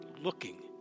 looking